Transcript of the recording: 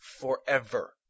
forever